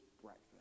breakfast